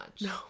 No